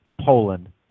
Poland